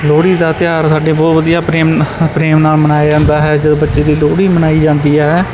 ਲੋਹੜੀ ਦਾ ਤਿਉਹਾਰ ਸਾਡੇ ਬਹੁਤ ਵਧੀਆ ਪ੍ਰੇਮ ਪ੍ਰੇਮ ਨਾਲ ਮਨਾਇਆ ਜਾਂਦਾ ਹੈ ਜਦੋਂ ਬੱਚੇ ਦੀ ਲੋਹੜੀ ਮਨਾਈ ਜਾਂਦੀ ਹੈ